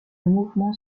mouvement